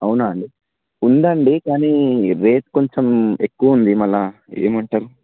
అవునాండి ఉందండి కానీ రేట్ కొంచెం ఎక్కువ ఉంది మళ్ళా ఏమంటారు